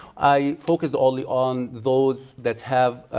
i focused only on those that have